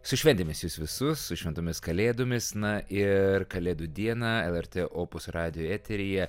su šventėmis jus visus su šventomis kalėdomis na ir kalėdų dieną lrt opus radijo eteryje